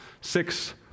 six